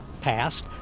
passed